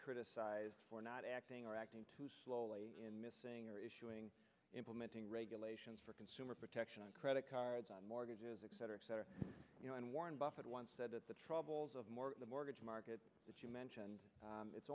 criticized for not acting or acting too slowly in missing or issuing implementing regulations for consumer protection on credit cards on mortgages etc etc you know and warren buffett once said that the troubles of more the mortgage market that you mentioned it's